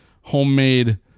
homemade